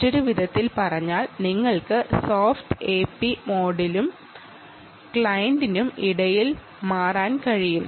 മറ്റൊരു വിധത്തിൽ പറഞ്ഞാൽ നിങ്ങൾക്ക് സോഫ്റ്റ് എപി മോഡിനും ക്ലയന്റിനും ഇടയിൽ മാറാൻ കഴിയും